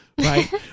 right